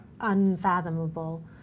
unfathomable